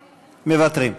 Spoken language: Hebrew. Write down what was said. מוותרים.